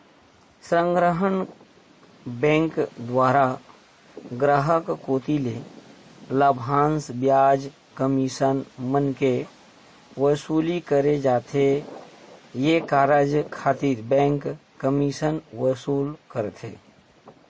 संग्रहन बेंक दुवारा गराहक कोती ले लाभांस, बियाज, कमीसन मन के वसूली करे जाथे ये कारज खातिर बेंक कमीसन वसूल करथे